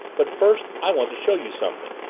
but first i want to show you something.